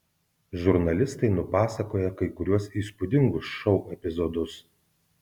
žurnalistai nupasakoja kai kuriuos įspūdingus šou epizodus